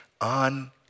on